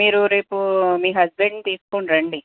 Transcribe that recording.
మీరు రేపు మీ హస్బెండ్ని తీసుకుని రండి